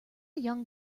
young